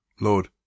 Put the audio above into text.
Lord